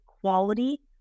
quality